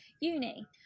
uni